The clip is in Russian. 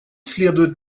следует